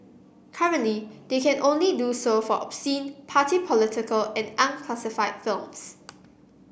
currently they can only do so for obscene party political and unclassified films